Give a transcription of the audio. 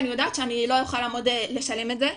אני יודעת שאני לא אוכל לעמוד לשלם את זה,